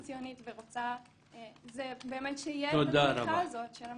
ציונית היא באמת שתהיה את התמיכה הזו של המדינה.